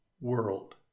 world